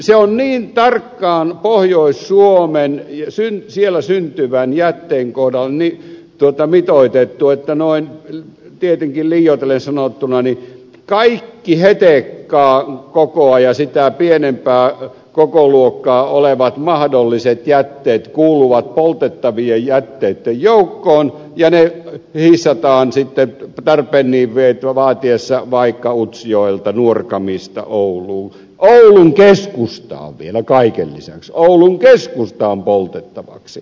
se on niin tarkkaan pohjois suomeen ja söin siellä syntyvän suomessa syntyvälle jätteelle mitoitettu että noin tietenkin liioitellen sanottuna kaikki hetekaa ja sitä kokoluokkaa pienemmät mahdolliset jätteet kuuluvat poltettavien jätteitten joukkoon ja ne hiissataan sitten tarpeen vaatiessa vaikka utsjoelta nuorgamista ouluun oulun keskustaan vielä kaiken lisäksi oulun keskustaan poltettavaksi